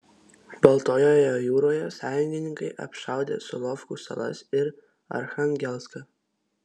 baltojoje jūroje sąjungininkai apšaudė solovkų salas ir archangelską